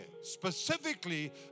specifically